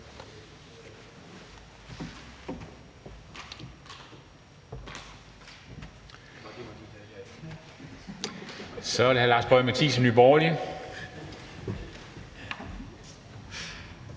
Så er det hr. Lars Boje Mathiesen, Nye Borgerlige.